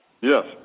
Yes